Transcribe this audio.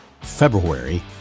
February